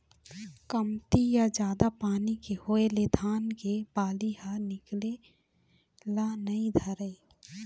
कमती या जादा पानी के होए ले धान के बाली ह निकले ल नइ धरय